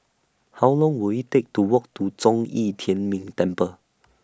How Long Will IT Take to Walk to Zhong Yi Tian Ming Temple